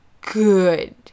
good